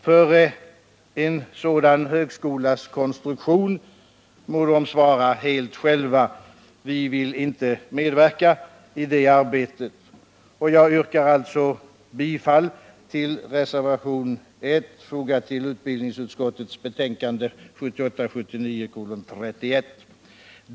För en sådan högskolas konstruktion må de svara helt själva — vi vill inte medverka i det arbetet. Jag yrkar alltså bifall till reservationen 1, fogad till utbildningsutskottets betänkande 1978/79:31.